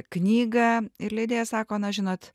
knygą ir leidėja sako na žinot